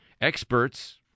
Experts